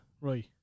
Right